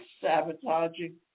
sabotaging